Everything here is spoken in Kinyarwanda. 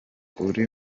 uri